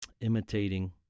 Imitating